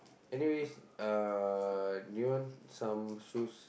anyways uh do you want some shoes